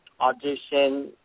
audition